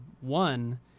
one